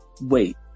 wait